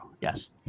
Yes